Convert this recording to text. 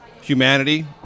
humanity